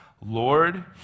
Lord